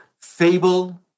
fable